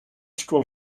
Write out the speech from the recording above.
school